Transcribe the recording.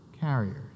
carriers